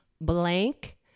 blank